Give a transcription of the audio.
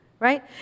right